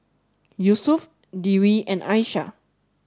Yusuf Dewi and Aishah